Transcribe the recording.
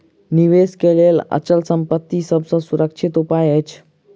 निवेश के लेल अचल संपत्ति सभ सॅ सुरक्षित उपाय अछि